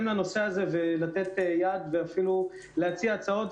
לנושא ולתת יד ואפילו להציע הצעות.